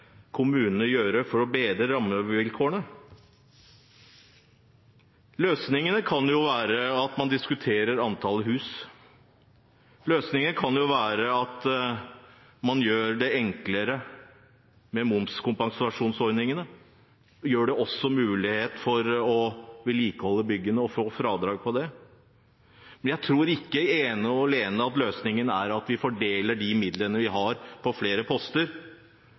være at man diskuterer antall hus, løsningen kan være at man gjør det enklere med momskompensasjonsordningene – gir mulighet også for å vedlikeholde byggene og få fradrag for det. Jeg tror ikke løsningen ene og alene er at vi fordeler de midlene vi har, på flere poster,